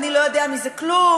אני לא יודע מזה כלום,